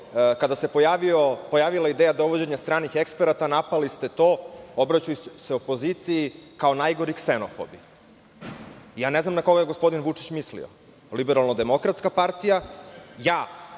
kada se pojavila ideja dovođenja stranih eksperata napali ste to, obraćali ste se opoziciji kao najgori ksenofobi. Ja ne znam na koga je gospodin Vučić mislio. LDP, ja, među funkcionerima LDP